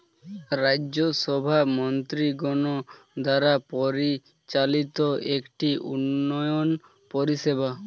রাজ্য সভা মন্ত্রীগণ দ্বারা পরিচালিত একটি উন্নয়ন পরিষেবা